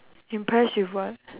impress with what